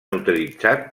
utilitzat